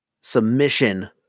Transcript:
submission